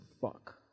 fuck